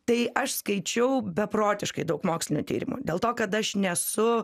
tai aš skaičiau beprotiškai daug mokslinių tyrimų dėl to kad aš nesu